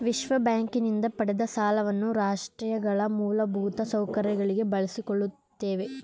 ವಿಶ್ವಬ್ಯಾಂಕಿನಿಂದ ಪಡೆದ ಸಾಲವನ್ನ ರಾಷ್ಟ್ರಗಳ ಮೂಲಭೂತ ಸೌಕರ್ಯಗಳಿಗೆ ಬಳಸಿಕೊಳ್ಳುತ್ತೇವೆ